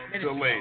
delayed